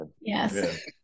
Yes